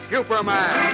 Superman